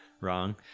wrong